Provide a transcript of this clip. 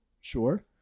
sure